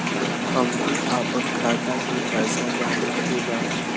हमके आपन खाता के पैसा जाने के बा